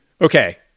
okay